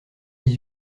dix